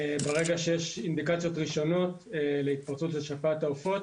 ברגע שיש אינדיקציות ראשונות להתפרצות שפעת העופות,